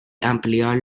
ampliar